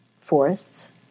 forests